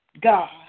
God